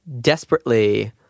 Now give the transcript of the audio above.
desperately